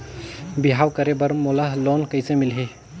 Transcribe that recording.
बिहाव करे बर मोला लोन कइसे मिलही?